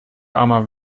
armer